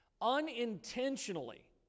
unintentionally